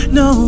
no